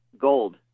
gold